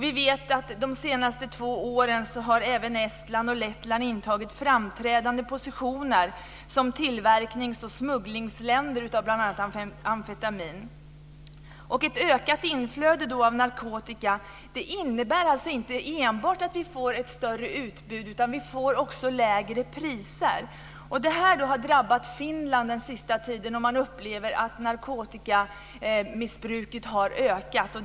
Vi vet att de senaste två åren har även Estland och Lettland intagit framträdande positioner som tillverknings och smugglingsländer när det gäller bl.a. amfetamin. Ett ökat inflöde av narkotika innebär inte enbart att vi får ett större utbud. Vi får också lägre priser. Detta har drabbat Finland den sista tiden. Man upplever att narkotikamissbruket har ökat.